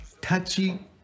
touchy